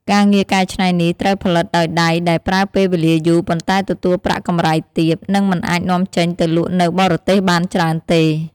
ការងារកែច្នៃនេះត្រូវផលិតដោយដៃដែលប្រើពេលវេលាយូរ ប៉ុន្តែទទួលប្រាក់កម្រៃទាប និងមិនអាចនាំចេញទៅលក់នៅបរទេសបានច្រើនទេ។